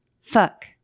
fuck